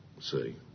See